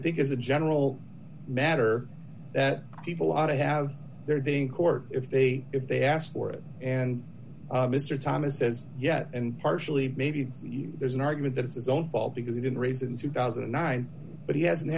think is a general matter that people ought to have their day in court if they if they ask for it and mr thomas says yes and partially maybe there's an argument that it's his own fault because he didn't raise in two thousand and nine but he hasn't